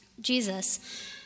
Jesus